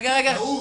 טעות.